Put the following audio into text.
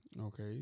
Okay